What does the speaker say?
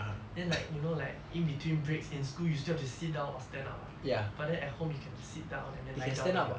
and then like you know like in between breaks in school you still have to sit down or stand up [what] but then at home you can sit down and then lie down